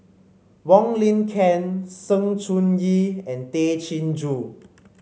Wong Lin Ken Sng Choon Yee and Tay Chin Joo